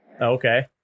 okay